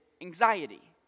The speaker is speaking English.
anxiety